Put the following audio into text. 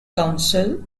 council